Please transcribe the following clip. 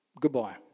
goodbye